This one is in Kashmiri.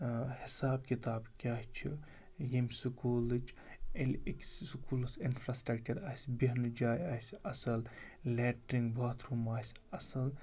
حِساب کِتاب کیٛاہ چھِ ییٚمہِ سکوٗلٕچ ییٚلہِ أکِس سکوٗلَس اِنفرٛاسٹرٛکچَر آسہِ بیٚہنہٕ جایہِ آسہِ اَصٕل لیٹرِنٛگ باتھ روٗم آسہِ اَصٕل